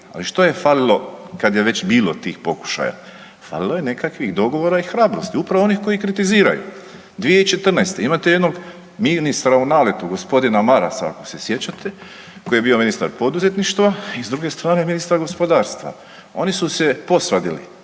ali što je falilo kad je već bilo tih pokušaja? Falilo je nekakvih dogovora i hrabrosti, upravo onih koji kritiziraju. 2014., imate jednog ministra u naletu, g. Marasa, ako se sjećate, koji je bio ministar poduzetništva, i s druge strane, ministar gospodarstva. Oni su se posvadili.